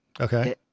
okay